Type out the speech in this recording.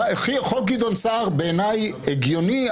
חוק גדעון סער בעיניי הגיוני,